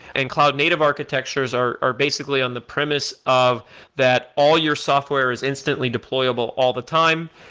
and cloud native architectures are are basically on the premise of that all your software is instantly deployable all the time.